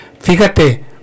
fíjate